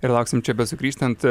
ir lauksim čia besugrįžtant